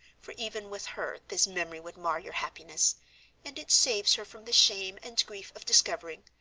for even with her this memory would mar your happiness and it saves her from the shame and grief of discovering,